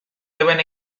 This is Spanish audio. deben